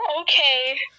Okay